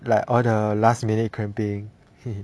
like all the last minute cramping hehe